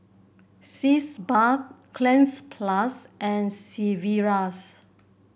Sitz Bath Cleanz Plus and Sigvaris